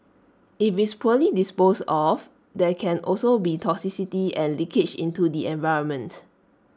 if it's poorly disposed of there can also be toxicity and leakage into the environment